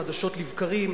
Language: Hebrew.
חדשות לבקרים,